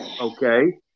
Okay